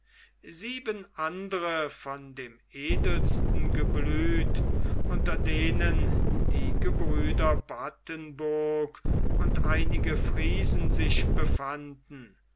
sieben andere von dem edelsten geblüt unter denen die gebrüder battenburg und einige friesen sich befanden